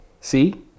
See